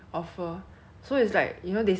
you know where his parents will get